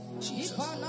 Jesus